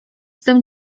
tym